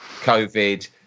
COVID